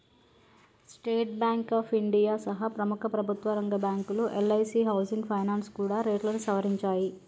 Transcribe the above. state Bank of India సహా ప్రముఖ ప్రభుత్వరంగ బ్యాంకులు, ఎల్ఐసీ హౌసింగ్ ఫైనాన్స్ కూడా రేట్లను సవరించాయి